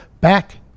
Back